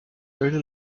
early